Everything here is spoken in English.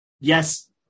yes